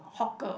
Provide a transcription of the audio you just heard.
hawker